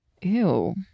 Ew